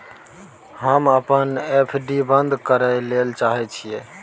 हम अपन एफ.डी बंद करय ले चाहय छियै